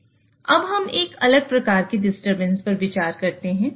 अब हम एक अलग प्रकार के डिस्टरबेंस पर विचार करते हैं